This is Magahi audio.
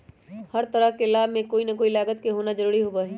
हर तरह के लाभ में कोई ना कोई लागत के होना जरूरी होबा हई